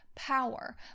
power